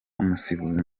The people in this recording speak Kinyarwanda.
umusifuzi